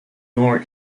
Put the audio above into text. nor